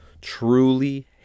truly